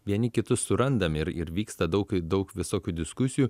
vieni kitus surandam ir ir vyksta daug daug visokių diskusijų